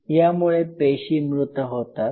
यामुळे पेशी मृत होतात